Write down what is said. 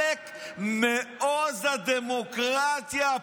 עלק מעוז הדמוקרטיה,